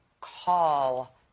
call